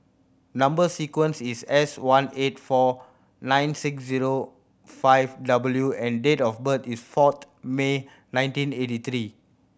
number sequence is S one eight four nine six zero five W and date of birth is fourth May nineteen eighty three